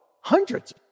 hundreds